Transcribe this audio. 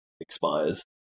expires